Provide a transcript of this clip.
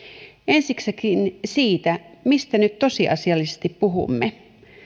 ensiksikin siitä mistä nyt tosiasiallisesti puhumme